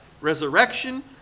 resurrection